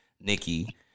Nikki